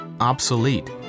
obsolete